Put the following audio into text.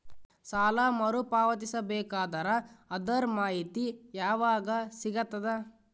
ಸಾಲ ಮರು ಪಾವತಿಸಬೇಕಾದರ ಅದರ್ ಮಾಹಿತಿ ಯವಾಗ ಸಿಗತದ?